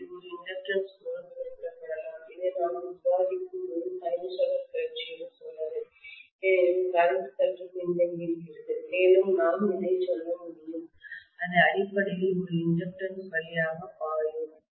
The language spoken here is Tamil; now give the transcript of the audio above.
இது ஒரு இண்டக்டன்ஸ் மூலம் குறிப்பிடப்படலாம் இது நாம் விவாதிக்கும் போது சைனூசாய்டல் கிளர்ச்சியில் சொன்னது ஏனெனில் கரண்ட் சற்று பின்தங்கியிருக்கிறது மேலும் நாம் இதைச் சொல்ல முடியும் அது அடிப்படையில் ஒரு இண்டக்டன்ஸ் வழியாக பாயும்